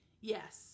Yes